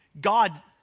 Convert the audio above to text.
God